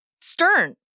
stern